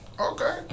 Okay